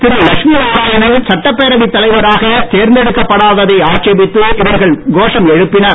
திரு லட்சுமி நாராயணன் சட்டப்பேரவைத் தலைவராக தேர்ந்தெடுக்கப்படாததை ஆட்சேபித்து இவர்கள் கோஷம் எழுப்பினர்